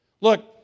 look